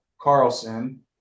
Carlson